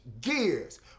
gears